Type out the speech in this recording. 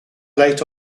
late